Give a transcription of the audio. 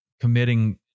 committing